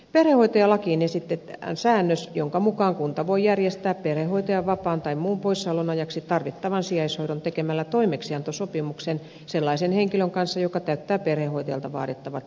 perhehoitajalakiin esitetään säännöstä jonka mukaan kunta voi järjestää perhehoitajan vapaan tai muun poissaolon ajaksi tarvittavan sijaishoidon tekemällä toimeksiantosopimuksen sellaisen henkilön kanssa joka täyttää perhehoitajalta vaadittavat edellytykset